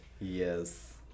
Yes